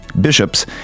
bishops